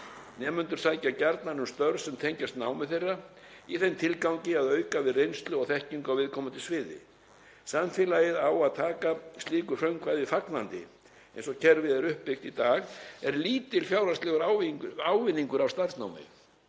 Nemendur sækja gjarnan um störf sem tengjast námi þeirra í þeim tilgangi að auka við reynslu og þekkingu á viðkomandi sviði. Samfélagið á að taka slíku frumkvæði fagnandi. Eins og kerfið er uppbyggt í dag er lítill fjárhagslegur ávinningur af starfsnámi.